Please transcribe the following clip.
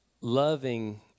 loving